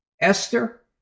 Esther